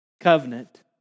covenant